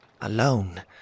alone